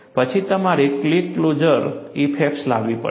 પછી તમારે crack closure effects લાવવી પડશે